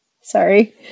Sorry